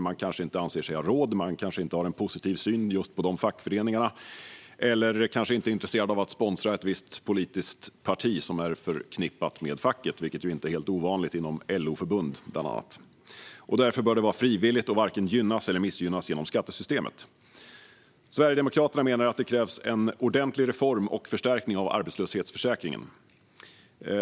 Man kanske inte anser sig ha råd, man kanske inte har en positiv syn på just den fackföreningen eller man kanske inte är intresserad av att sponsra ett visst politiskt parti som är förknippat med facket, vilket ju inte är helt ovanligt när det gäller bland annat LO-förbund. Därför bör det vara frivilligt och varken gynnas eller missgynnas genom skattesystemet. Sverigedemokraterna menar att det krävs en ordentlig reform och förstärkning av arbetslöshetsförsäkringen.